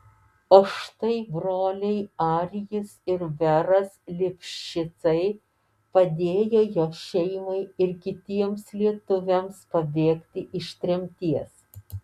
o štai broliai arijus ir beras lipšicai padėjo jo šeimai ir kitiems lietuviams pabėgti iš tremties